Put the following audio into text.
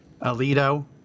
Alito